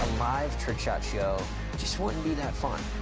live trick shot show just wouldn't be that fun.